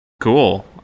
Cool